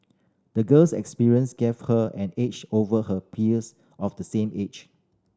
the girl's experience gave her an edge over her peers of the same age